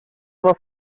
war